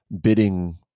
bidding